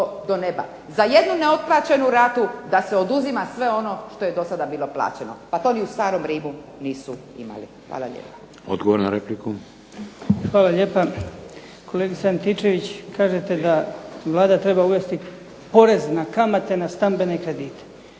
do neba. Za jednu neotplaćenu ratu da se oduzima sve ono što je do sada bilo plaćeno. Pa to ni u starom Rimu nisu imali. Hvala lijepa. **Šeks, Vladimir (HDZ)** Odgovor na repliku. **Marić, Goran (HDZ)** Hvala lijepa. Kolegice Antičević, kažete da Vlada treba uvesti porez na kamate na stambene kredite.